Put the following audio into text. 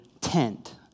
tent